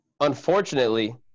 unfortunately